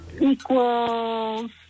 Equals